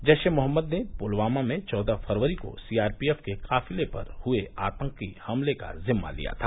जैश ए मोहम्मद ने पुलवामा में चौदह फरवरी को सीआरपीएफ के काफिले पर हुए आतंकी हमले का जिम्मा लिया था